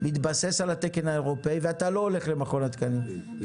מתבסס על התקן האירופאי ואתה לא הולך למכון התקנים.